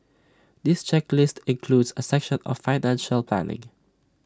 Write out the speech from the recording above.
this checklists includes A section on financial planning